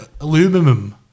Aluminum